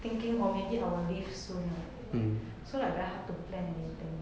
thinking oh maybe I will leave soon uh so like very hard to plan anything